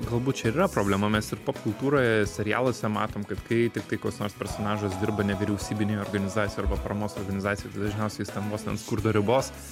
galbūt čia ir yra problema mes ir popkultūroje serialuose matom kad kai tiktai koks nors personažas dirba nevyriausybinėj organizacijoj arba paramos organizacijoj dažniausiai jis ten vos ne ant skurdo ribos